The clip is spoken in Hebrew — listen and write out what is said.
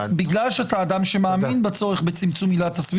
זה לא הרבה, וזה מאפשר שיקול דעת לשרים.